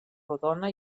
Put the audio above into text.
rodona